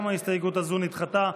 גם ההסתייגות הזו נדחתה.